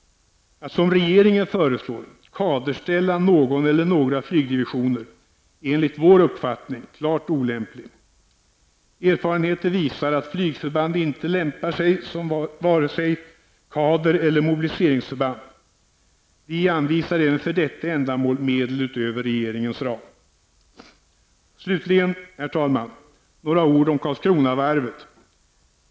Att som regeringen föreslår kaderställa någon eller några flygdivisioner är enligt vår uppfattning klart olämpligt. Erfarenheter visar att flygförband inte lämpar sig som vare sig kader eller mobiliseringsförband. Vi anvisar även för detta ändamål medel utöver regeringens ram. Låt mig så, herr talman, sägra några ord om Karlskronavarvet.